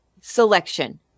selection